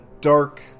dark